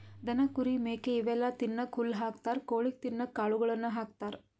ದನ ಕುರಿ ಮೇಕೆ ಇವೆಲ್ಲಾ ತಿನ್ನಕ್ಕ್ ಹುಲ್ಲ್ ಹಾಕ್ತಾರ್ ಕೊಳಿಗ್ ತಿನ್ನಕ್ಕ್ ಕಾಳುಗಳನ್ನ ಹಾಕ್ತಾರ